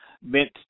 meant